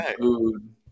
food